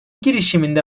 girişiminde